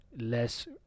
less